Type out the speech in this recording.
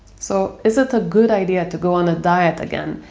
so, is it a good idea to go on a diet again,